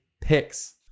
picks